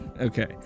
Okay